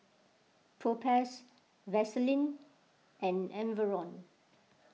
Propass Vaselin and Enervon